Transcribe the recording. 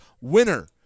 Winner